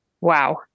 wow